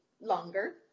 longer